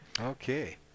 okay